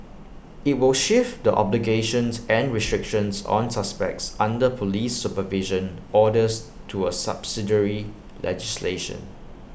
IT will shift the obligations and restrictions on suspects under Police supervision orders to A subsidiary legislation